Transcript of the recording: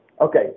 Okay